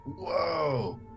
Whoa